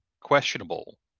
questionable